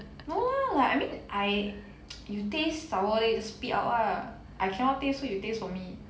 no lah like I mean I you taste sour then you spit out ah I cannot taste so you taste for me